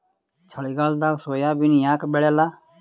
ಚಳಿಗಾಲದಾಗ ಸೋಯಾಬಿನ ಯಾಕ ಬೆಳ್ಯಾಲ?